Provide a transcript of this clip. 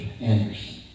Anderson